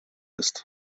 ist